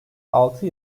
altı